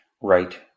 Right